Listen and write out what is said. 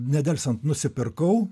nedelsiant nusipirkau